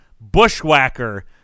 bushwhacker